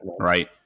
Right